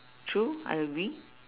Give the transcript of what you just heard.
true I agree